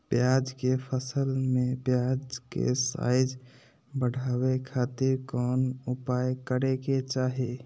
प्याज के फसल में प्याज के साइज बढ़ावे खातिर कौन उपाय करे के चाही?